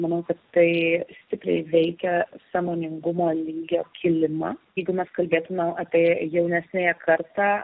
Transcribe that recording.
manau kad tai stipriai veikia sąmoningumo lygio kilimą jeigu mes kalbėtume apie jaunesniąją kartą